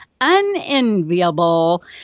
unenviable